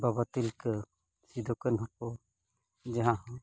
ᱵᱟᱵᱟ ᱛᱤᱞᱠᱟᱹ ᱥᱤᱫᱩ ᱠᱟᱹᱱᱩ ᱡᱟᱦᱟᱸ